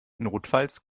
notfalls